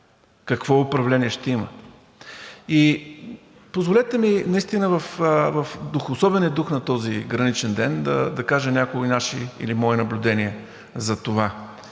какво управление ще има. И позволете ми наистина в особения дух на този граничен ден да кажа някои наши или мои наблюдения за това